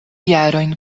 jarojn